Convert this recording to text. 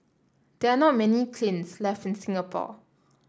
there are not many kilns left in Singapore